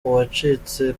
uwacitse